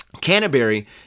Canterbury